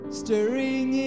stirring